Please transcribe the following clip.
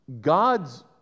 God's